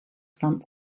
front